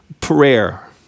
prayer